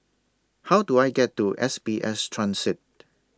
How Do I get to S B S Transit